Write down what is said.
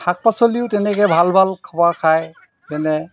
শাক পাচলিও তেনেকৈ ভাল ভাল খোৱা খায় যেনে